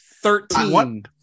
Thirteen